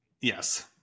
Yes